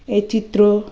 এই চিত্র